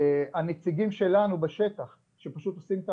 הנציגים שלו בשטח, שפשוט עושים את